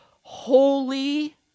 holy